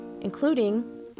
including